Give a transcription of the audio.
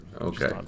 Okay